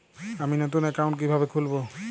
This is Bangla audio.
আমি নতুন অ্যাকাউন্ট কিভাবে খুলব?